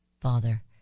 Father